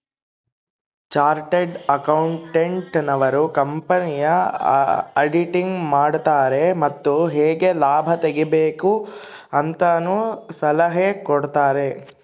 chartered accountant ನವರು ಕಂಪನಿಯ auditing ಮಾಡುತಾರೆ ಮತ್ತು ಹೇಗೆ ಲಾಭ ತೆಗಿಬೇಕು ಅಂತನು ಸಲಹೆ ಕೊಡುತಾರೆ